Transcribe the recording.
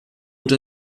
uns